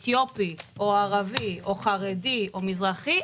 אם הוא היה אתיופי או ערבי או חרדי או מזרחי,